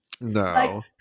No